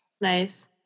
Nice